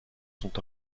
sont